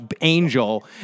Angel